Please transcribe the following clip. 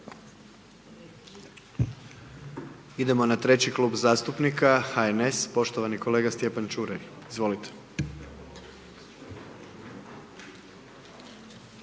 Idemo na treći Klub zastupnika HNS, poštovani kolega Stjepan Čuraj, izvolite.